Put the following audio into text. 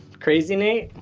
crazy nate.